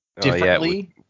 differently